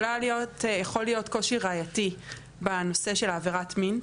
יכול להיות קושי ראייתי בנושא של עבירת המין,